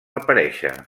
aparèixer